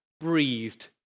breathed